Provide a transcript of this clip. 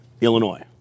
Illinois